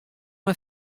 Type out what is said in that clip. mei